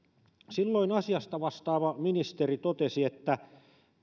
silloin asiasta vastaava ministeri totesi että